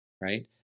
Right